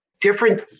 different